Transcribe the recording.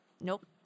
nope